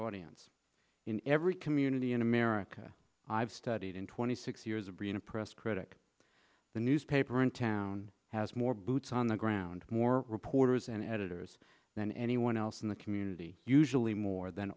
audience in every community in america i've studied in twenty six years of being a press critic the newspaper in town has more boots on the ground more reporters and editors than anyone else in the community usually more than